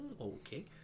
okay